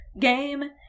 game